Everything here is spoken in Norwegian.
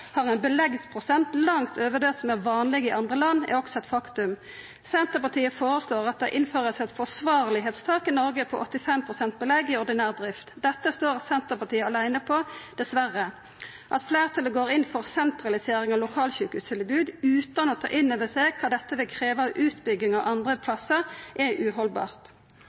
har ein beleggsprosent langt over det som er vanleg i andre land, er også eit faktum. Senterpartiet føreslår at ein innfører eit forsvarlegheitstak i Noreg på 85 pst. belegg i ordinær drift. Dette står Senterpartiet åleine om, dessverre. At fleirtalet går inn for sentralisering av lokalsjukehustilbod utan å ta inn over seg kva dette vil krevja av utbyggingar andre plassar, er